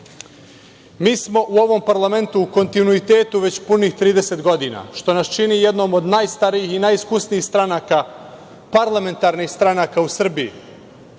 smo u ovom parlamentu u kontinuitetu već punih 30 godina, što nas čini jednom od najstarijih i najiskusnijih stranaka, parlamentarnih stranaka u Srbiji.